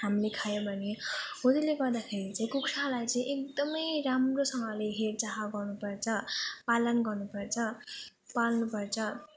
हामीले खायो भने हो त्योहरूले गर्दाखेरि चाहिँ कुखुरालाई चाहिँ एकदम राम्रोसँगले हेरचाह गर्नु पर्छ पालन गर्नु पर्छ पाल्नु पर्छ